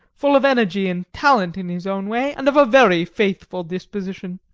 full of energy and talent in his own way, and of a very faithful disposition.